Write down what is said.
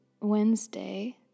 Wednesday